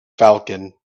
falcon